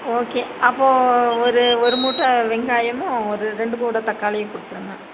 okay அப்போது ஒரு ஒரு மூட்டை வெங்காயமும் ஒரு ரெண்டு கூடை தக்காளியும் கொடுத்துருங்க